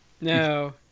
no